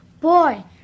Boy